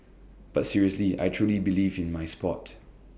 but seriously I truly believe in my Sport